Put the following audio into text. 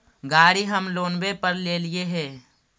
गाड़ी हम लोनवे पर लेलिऐ हे?